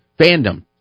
fandom